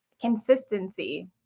Consistency